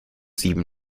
sieben